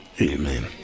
Amen